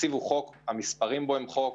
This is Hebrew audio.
התקציב הוא חוק, המספרים בו הם חוק,